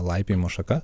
laipiojimo šaka